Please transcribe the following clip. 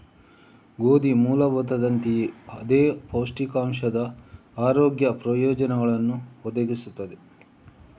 ಗೋಧಿ ಮೂಲದಂತೆಯೇ ಅದೇ ಪೌಷ್ಟಿಕಾಂಶದ ಆರೋಗ್ಯ ಪ್ರಯೋಜನಗಳನ್ನು ಒದಗಿಸುತ್ತದೆ